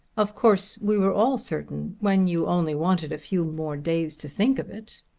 of course we were all certain when you only wanted a few more days to think of it.